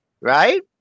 right